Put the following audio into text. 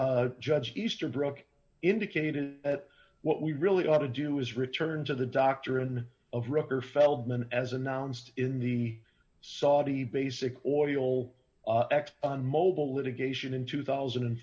judge judge easterbrook indicated at what we really ought to do is return to the doctor in of rooker feldman as announced in the saudi basic oil ect on mobile litigation in two thousand and